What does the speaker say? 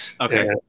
Okay